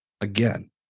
Again